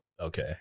Okay